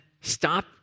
stop